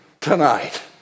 tonight